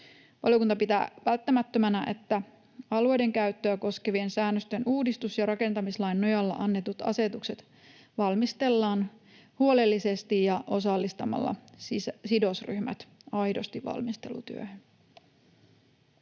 Valiokunta pitää välttämättömänä, että alueiden käyttöä koskevien säännösten uudistus ja rakentamislain nojalla annetut asetukset valmistellaan huolellisesti ja osallistamalla siis sidosryhmät aidosti valmistelutyöhön.